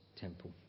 temple